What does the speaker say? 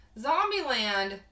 Zombieland